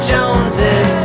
Joneses